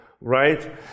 Right